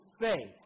faith